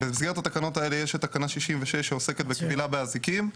במסגרת התקנות האלה יש את תקנה 66 שעוסקת בכבילה באזיקים,